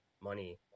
money